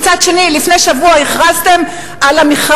ומצד שני לפני שבוע הכרזתם סוף-סוף,